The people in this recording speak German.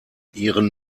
ihren